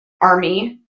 army